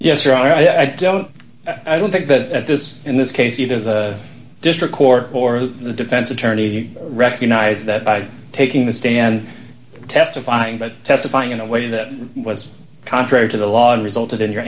honor i don't i don't think that at this in this case either the district court or the defense attorney recognized that by taking the stand testifying but testifying in a way that was contrary to the law and resulted in your